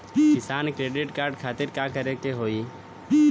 किसान credit card खातिर का करे के होई?